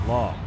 Law